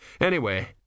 Anyway